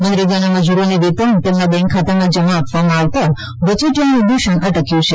મનરેગા મજૂરોને વેતન તેમના બેન્ક ખાતામાં જમા આપવામાં આવતા વચેટિયાનું દૂષણ અટક્યું છે